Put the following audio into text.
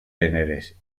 gèneres